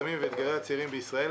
סמים ואתגרי הצעירים בישראל.